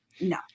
no